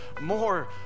more